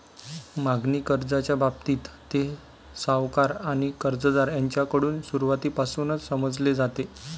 मागणी कर्जाच्या बाबतीत, ते सावकार आणि कर्जदार यांच्याकडून सुरुवातीपासूनच समजले जाते